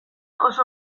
oso